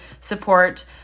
support